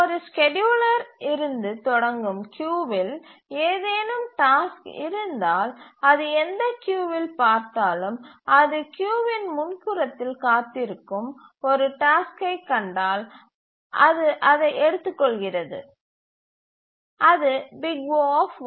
ஒரு ஸ்கேட்யூலர் இருந்து தொடங்கும் கியூவில் ஏதேனும் டாஸ்க் இருந்தால் அது எந்த கியூவில் பார்த்தாலும் அது கியூவின் முன்புறத்தில் காத்திருக்கும் ஒரு டாஸ்க்கை கண்டால் அது அதை எடுத்துக் கொள்கிறது அது O